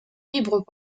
libres